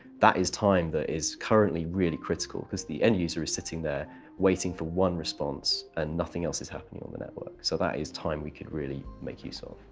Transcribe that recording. that is time that is currently really critical. because the end user is sitting there waiting for one response, and nothing else is happening on the network. so that is time we could really make use so